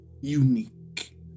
Unique